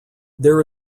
there